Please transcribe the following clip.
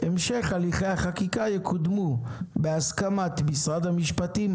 המשך הליכי החקיקה יקודמו בהסכמת משרד המשפטים,